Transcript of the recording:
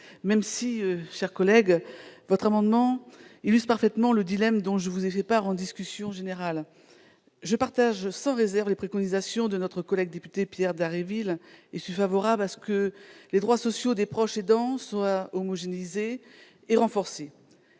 même, mon cher collègue ! Votre amendement illustre parfaitement le dilemme que j'ai évoqué lors de la discussion générale. Je partage sans réserve les préconisations de notre collègue député Pierre Dharréville, et je suis favorable à ce que les droits sociaux des proches aidants soient homogénéisés et renforcés.